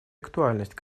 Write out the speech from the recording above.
актуальность